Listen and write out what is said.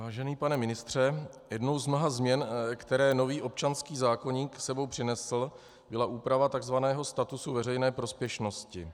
Vážený pane ministře, jednou z mnoha změn, které nový občanský zákoník s sebou přinesl, byla úprava takzvaného statusu veřejné prospěšnosti.